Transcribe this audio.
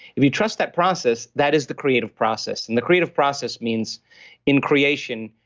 if you trust that process, that is the creative process, and the creative process means in creation,